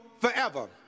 forever